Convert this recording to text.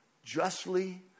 Justly